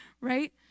right